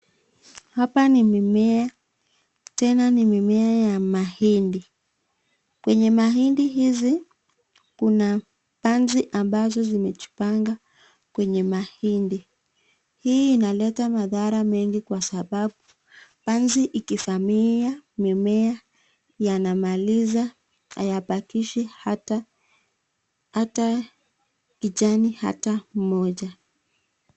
Hapa ni mimea, tena ni mimea ya mahindi. Kwenye mahindi hizi kuna panzi ambazo zimejipanga kwenye mahindi. Hii inaleta madhara mengi kwa sababu panzi ikivamia mimea, yanamaliza, hayabakishi hata, hata kijani hata moja.